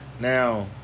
Now